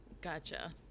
gotcha